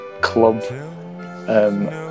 club